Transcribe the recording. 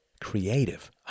creative